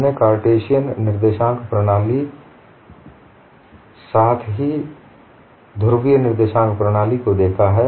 हमने कार्टेशियन निर्देशांक प्रणाली साथ ही ध्रुवीय निर्देशांक प्रणाली को देखा है